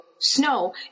snow